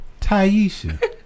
Taisha